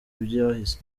byahise